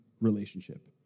relationship